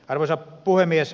arvoisa puhemies